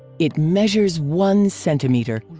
it measures one centimeter.